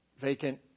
vacant